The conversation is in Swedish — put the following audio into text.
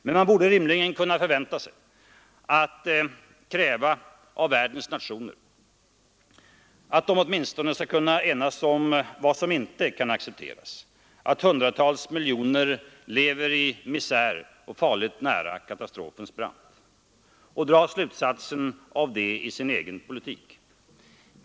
Men man borde rimligen kunna förvänta sig och kräva att världens nationer åtminstone skall kunna enas om vad som inte kan accepteras — att hundratals miljoner lever i misär och farligt nära katastrofens brant — och dra konkreta slutsatser av det i sin egen politik.